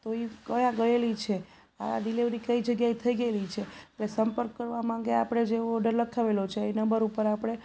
તો એ ક્યાં યેલી છે આ ડીલેવરી કઈ જગ્યાએ થઈ ગયેલી છે એટલે સંપર્ક કરવા માંગે આપણે જે ઓડર લખાવેલો છે એ નંબર ઉપર આપણે